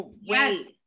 yes